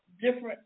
different